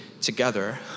together